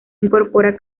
incorpora